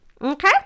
okay